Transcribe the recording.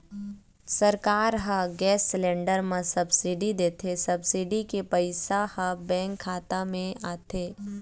सरकार ह gas cylinder म सब्सिडी देथे, सब्सिडी के पइसा ह बेंक खाता म आथे